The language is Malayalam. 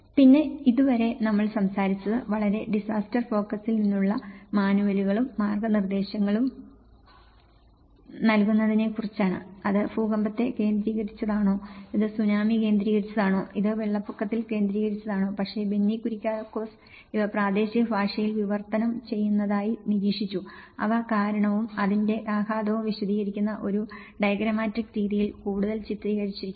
പിന്നെ ഇതുവരെ നമ്മൾ സംസാരിച്ചത് വളരെ ഡിസാസ്റ്റർ ഫോക്കസിൽ നിന്നുള്ള മാനുവലുകളും മാർഗ്ഗനിർദ്ദേശങ്ങളും നൽകുന്നതിനെക്കുറിച്ചാണ് അത് ഭൂകമ്പത്തെ കേന്ദ്രീകരിച്ചതാണോ ഇത് സുനാമി കേന്ദ്രീകരിച്ചതാണോ ഇത് വെള്ളപ്പൊക്കത്തിൽ കേന്ദ്രീകരിച്ചതാണോ പക്ഷേ ബെന്നി കുര്യാക്കോസ് ഇവ പ്രാദേശിക ഭാഷയിൽ വിവർത്തനം ചെയ്യുന്നതായി നിരീക്ഷിച്ചു അവ കാരണവും അതിന്റെ ആഘാതവും വിശദീകരിക്കുന്ന ഒരു ഡയഗ്രമാറ്റിക് രീതിയിൽ കൂടുതൽ ചിത്രീകരിച്ചിരിക്കുന്നു